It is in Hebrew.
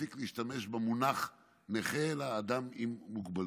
להפסיק להשתמש במונח "נכה", אלא "אדם עם מוגבלות"